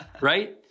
right